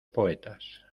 poetas